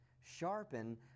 Sharpen